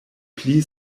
pli